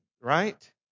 right